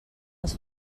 els